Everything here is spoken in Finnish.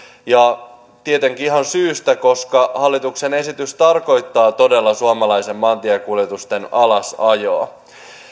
ja tietenkin ihan syystä koska hallituksen esitys tarkoittaa todella suomalaisten maantiekuljetusten alasajoa